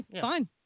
fine